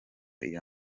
iyo